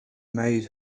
made